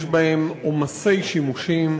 יש בהם עומסי שימושים,